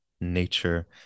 nature